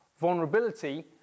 vulnerability